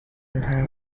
have